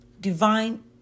divine